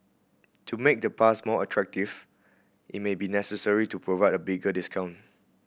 to make the pass more attractive it may be necessary to provide a bigger discount